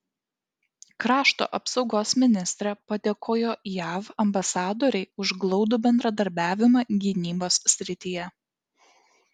krašto apsaugos ministrė padėkojo jav ambasadorei už glaudų bendradarbiavimą gynybos srityje